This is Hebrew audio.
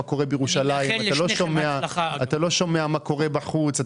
קורה בירושלים ואתה לא שומע מה קורה בחוץ,